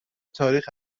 تاریخ